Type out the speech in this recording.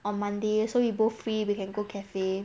on monday so we both free we can go cafe